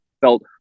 felt